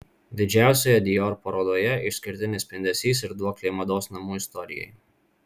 didžiausioje dior parodoje išskirtinis spindesys ir duoklė mados namų istorijai